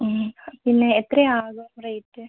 പിന്നെ എത്ര ആകും റേറ്റ്